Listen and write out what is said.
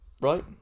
right